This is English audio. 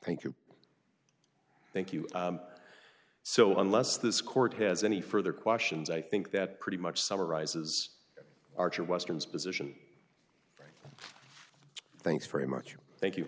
thank you thank you so unless this court has any further questions i think that pretty much summarizes archer western's position thanks very much thank you